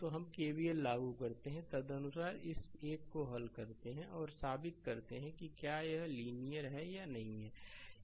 तो हम केवीएल लागू करते हैं और तदनुसार इस एक को हल करते हैं और साबित करते हैं कि क्या यह एक लीनियर है या नहीं